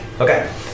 okay